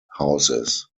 houses